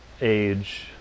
age